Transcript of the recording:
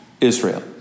Israel